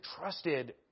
trusted